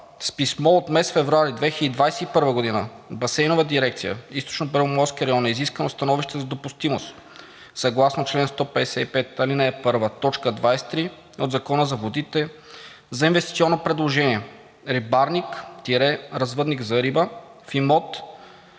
С писмо от месец февруари 2021 г. от Басейнова дирекция „Източнобеломорски район“ е изискано становище за допустимост съгласно чл. 155, ал. 1, т. 23 от Закона за водите за инвестиционно предложение – Рибарник – развъдник за риба в имот